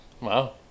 Wow